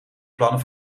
plannen